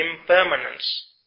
impermanence